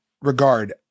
regard